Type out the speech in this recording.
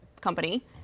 company